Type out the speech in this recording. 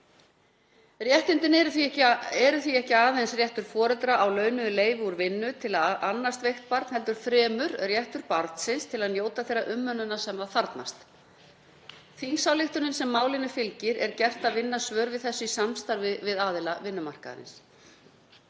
Réttindin eru því ekki aðeins réttur foreldra á launuðu leyfi úr vinnu til að annast veikt barn heldur fremur réttur barnsins til að njóta þeirrar umönnunar sem það þarfnast. Þingsályktunartillagan sem málinu fylgir er gert að vinna svör við þessu í samstarfi við aðila vinnumarkaðarins.